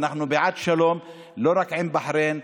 ואנחנו בעד שלום לא רק עם בחריין,